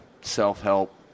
self-help